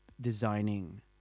designing